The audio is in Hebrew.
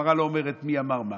הגמרא לא אומרת מי אמר מה,